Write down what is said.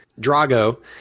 Drago